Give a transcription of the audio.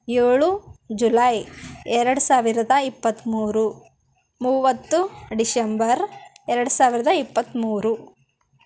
ಏಳು ಜುಲೈ ಎರಡು ಸಾವಿರದ ಇಪ್ಪತ್ತ್ಮೂರು ಮೂವತ್ತು ಡಿಶೆಂಬರ್ ಎರಡು ಸಾವಿರದ ಇಪ್ಪತ್ತ್ಮೂರು